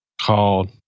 called